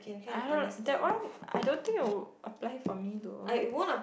I heard that one I don't think would apply for me to like